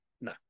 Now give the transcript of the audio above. No